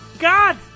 God